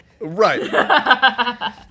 Right